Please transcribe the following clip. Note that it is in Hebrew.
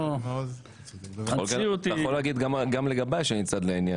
אתה יכול להגיד גם לגבי שאני צד בעניין,